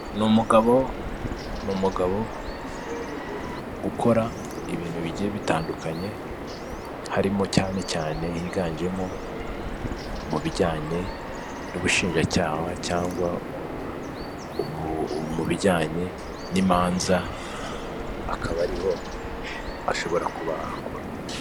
Ni umugabo ukora ibintu bigiye bitandukanye, harimo cyane cyane higanjemo mu bijyanye n'ubushinjacyaha cyangwa mu bijyanye n'imanza, akaba ariho ashobora kuba akora.